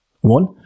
One